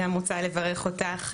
אני גם רוצה לברך אותך,